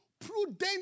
prudent